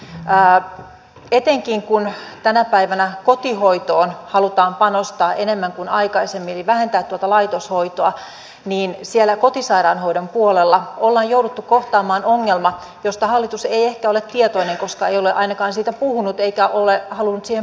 etenkin kun tänä päivänä kotihoitoon halutaan panostaa enemmän kuin aikaisemmin vähentää tuota laitoshoitoa niin siellä kotisairaanhoidon puolella ollaan jouduttu kohtaamaan ongelma josta hallitus ei ehkä ole tietoinen koska ei ole ainakaan siitä puhunut eikä ole halunnut siihen puuttua